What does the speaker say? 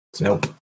Nope